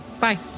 Bye